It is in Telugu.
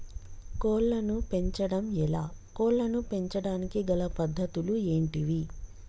కోళ్లను పెంచడం ఎలా, కోళ్లను పెంచడానికి గల పద్ధతులు ఏంటివి?